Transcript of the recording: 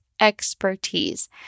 expertise